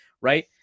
Right